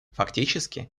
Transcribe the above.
фактически